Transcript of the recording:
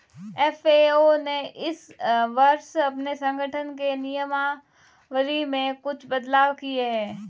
FAO ने इस वर्ष अपने संगठन के नियमावली में कुछ बदलाव किए हैं